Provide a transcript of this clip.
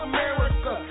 America